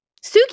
Suki